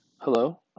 Hello